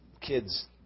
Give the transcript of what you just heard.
kids